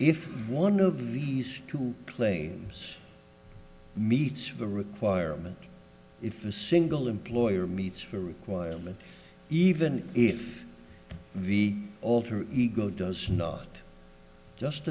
if one of these two planes meets the requirement if the single employer meets the requirement even if the alter ego does not just